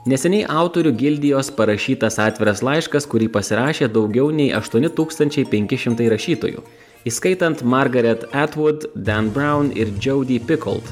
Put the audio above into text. neseniai autorių gildijos parašytas atviras laiškas kurį pasirašė daugiau nei aštuoni tūkstančiai penki šimtai rašytojų įskaitant margaret etvud den braun ir džiaudi pikold